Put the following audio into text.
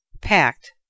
Packed